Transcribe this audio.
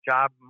Job